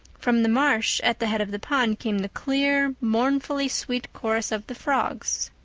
from the marsh at the head of the pond came the clear, mournfully-sweet chorus of the frogs.